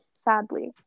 sadly